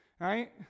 right